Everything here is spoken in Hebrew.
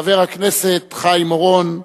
חבר הכנסת חיים אורון,